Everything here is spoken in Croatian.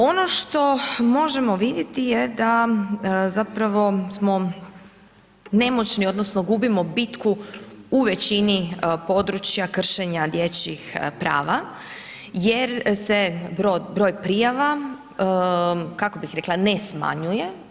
Ono što možemo vidjeti je da zapravo smo nemoćni, odnosno, gubimo bitku u većini područja, kršenja dječjih prava, jer se broj prijava, kako bi rekla, ne smanjuje.